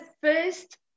first